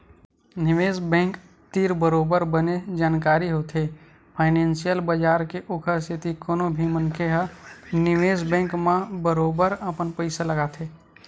निवेस बेंक तीर बरोबर बने जानकारी होथे फानेंसियल बजार के ओखर सेती कोनो भी मनखे ह निवेस बेंक म बरोबर अपन पइसा लगाथे